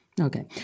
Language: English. Okay